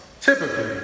typically